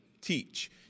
teach